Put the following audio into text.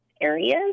areas